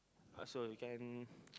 uh so we can